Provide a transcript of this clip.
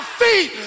feet